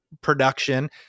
production